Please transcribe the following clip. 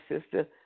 Sister